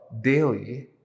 daily